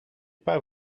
pas